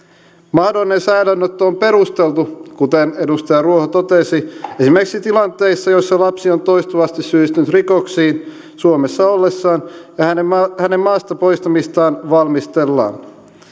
mahdollinen säilöönotto on perusteltu kuten edustaja ruoho totesi esimerkiksi tilanteissa joissa lapsi on toistuvasti syyllistynyt rikoksiin suomessa ollessaan ja hänen hänen maasta poistamistaan valmistellaan